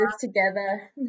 together